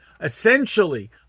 essentially